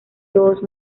todos